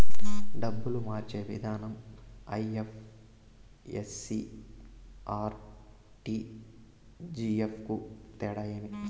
డబ్బులు మార్చే విధానం ఐ.ఎఫ్.ఎస్.సి, ఆర్.టి.జి.ఎస్ కు తేడా ఏమి?